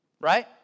right